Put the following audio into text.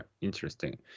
interesting